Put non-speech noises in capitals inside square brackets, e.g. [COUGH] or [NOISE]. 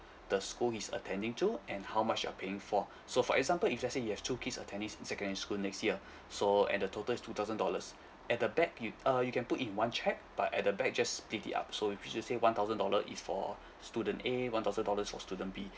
[BREATH] the school he's attending to and how much you're paying for [BREATH] so for example if let's say you have two kids attending s~ secondary school next year [BREATH] so and the total is two thousand dollars [BREATH] at the back you uh you can put in one cheque but at the back just split it up so if you just say one thousand dollar is for [BREATH] student A one thousand dollar is for student B